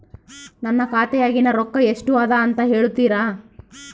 ನನ್ನ ಖಾತೆಯಾಗಿನ ರೊಕ್ಕ ಎಷ್ಟು ಅದಾ ಅಂತಾ ಹೇಳುತ್ತೇರಾ?